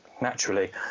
Naturally